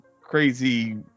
crazy